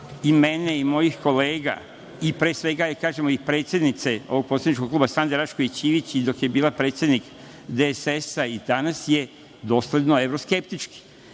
i mene i mojih kolega i, pre svega, da kažemo i predsednice ovog poslaničkog kluba Sande Rašković Ivić, i dok je bila predsednik DSS i danas je dosledno evroskeptički. Te